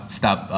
stop